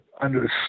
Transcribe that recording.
understood